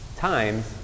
times